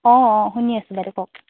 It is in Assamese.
অঁ অঁ শুনি আছোঁ বাইদেউ কওক